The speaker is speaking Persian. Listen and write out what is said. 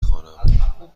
خوانم